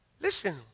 Listen